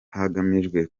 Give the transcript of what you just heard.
hagamijwe